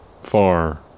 Far